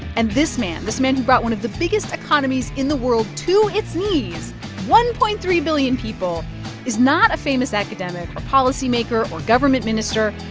and this man, this man brought one of the biggest economies in the world to its knees one point three billion people is not a famous academic or policymaker or government minister.